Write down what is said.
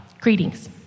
Greetings